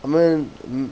I mean mm